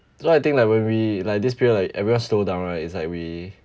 so I think like when we like this period like everyone slow down right it's like we